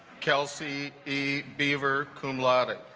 kelsey eat beaver come laden